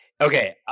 okay